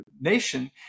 nation